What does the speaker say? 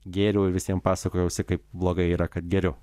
gėriau ir visiem pasakojausi kaip blogai yra kad geriu